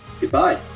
goodbye